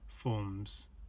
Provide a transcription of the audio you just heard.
forms